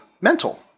Mental